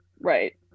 Right